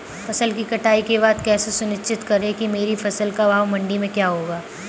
फसल की कटाई के बाद कैसे सुनिश्चित करें कि मेरी फसल का भाव मंडी में क्या होगा?